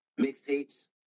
mixtapes